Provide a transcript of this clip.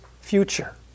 future